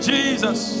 Jesus